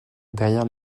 derrière